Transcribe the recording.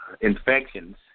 infections